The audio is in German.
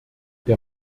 der